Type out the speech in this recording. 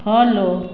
follow